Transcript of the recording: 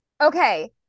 Okay